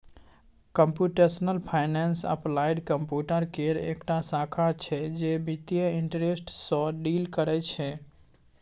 computational finance applied computer केर एकटा शाखा छै जे बित्तीय इंटरेस्ट सँ डील करय छै